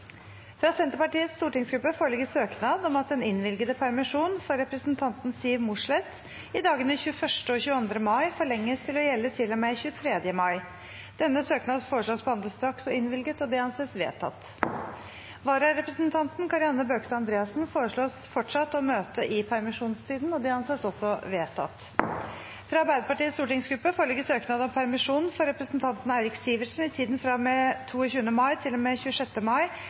Fra Senterpartiets stortingsgruppe foreligger søknad om at den innvilgede permisjonen for representanten Siv Mossleth i dagene 21. og 22. mai forlenges til å gjelde til og med 23. mai. Etter forslag fra presidenten ble enstemmig besluttet: Søknaden behandles straks og innvilges. Vararepresentanten Kari Anne Bøkestad Andreassen fortsetter å møte i permisjonstiden. Fra Arbeiderpartiets stortingsgruppe foreligger søknad om permisjon for representanten Eirik Sivertsen i tiden fra og med 22. mai til og med 26. mai